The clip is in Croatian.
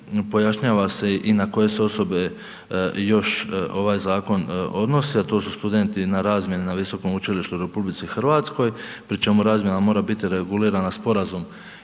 pojašnjava se i na koje se osobe još ovaj zakon odnosi, a to studenti na razmjeni na visokom učilištu u RH pri čemu razmjena mora biti regulirana sporazum